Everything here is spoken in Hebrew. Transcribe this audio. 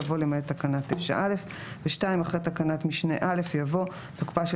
יבוא "למעט תקנה 9א"; אחרי תקנת משנה (א) יבוא: "(ב) תוקפה של